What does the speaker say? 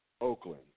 Oakland